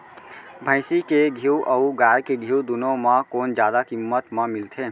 भैंसी के घीव अऊ गाय के घीव दूनो म कोन जादा किम्मत म मिलथे?